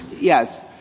Yes